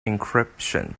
encryption